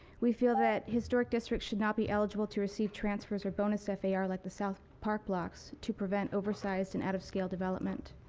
we feel that historic districts should not be eligible to receive transfers or bonus far like the south park blocks to prevent oversized and out of scale development.